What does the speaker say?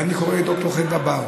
ואני קורא לד"ר חדוה בר,